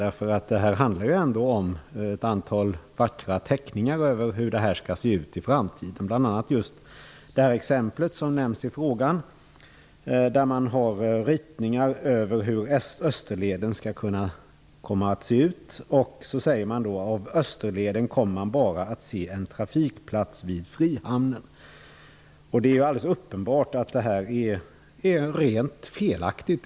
Det handlar ju ändå om ett antal vackra teckningar av hur det skall se ut i framtiden. I exemplet som nämns i frågan finns ritningar över hur Österleden skall komma att se ut och det sägs att av Österleden kommer man bara att se en trafikplats vid frihamnen. Det är alldeles uppenbart att detta är helt felaktigt.